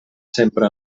sempre